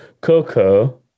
Coco